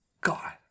God